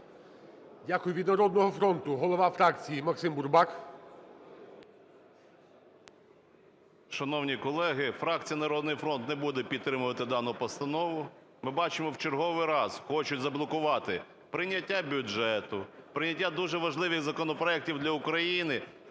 Дякую. Від "Народного фронту" голова фракції Максим Бурбак. 10:52:42 БУРБАК М.Ю. Шановні колеги, фракція "Народний фронт" не буде підтримувати дану постанову. Ми бачимо, в черговий раз хочуть заблокувати прийняття бюджету, прийняття дуже важливих законопроектів для України.